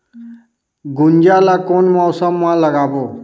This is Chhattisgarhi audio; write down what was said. गुनजा ला कोन मौसम मा लगाबो?